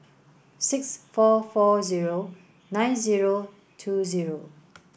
six four four zero nine zero two zero